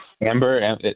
Amber